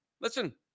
listen